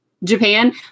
Japan